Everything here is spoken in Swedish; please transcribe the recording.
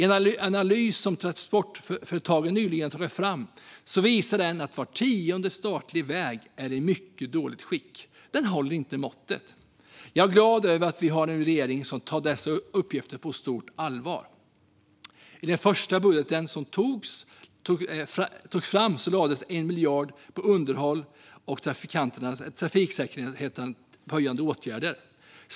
En analys som Transportföretagen nyligen tagit fram visar att var tionde statlig väg är i mycket dåligt skick. De håller inte måttet. Jag är glad över att vi nu har en regering som tar dessa uppgifter på stort allvar. I den första budgeten som togs fram lades 1 miljard på vägunderhåll och trafiksäkerhetshöjande åtgärder.